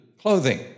clothing